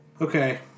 Okay